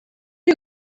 you